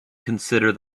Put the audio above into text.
consider